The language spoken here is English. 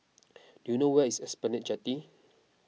do you know where is Esplanade Jetty